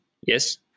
Yes